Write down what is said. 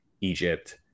Egypt